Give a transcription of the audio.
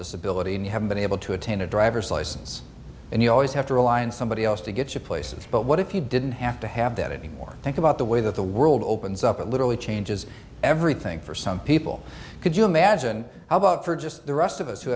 disability and you haven't been able to obtain a driver's license and you always have to rely on somebody else to get you places but what if you didn't have to have that anymore think about the way that the world opens up it literally changes everything for some people could you imagine how about for just the rest of us who